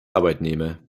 arbeitnehmer